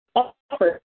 offer